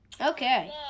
Okay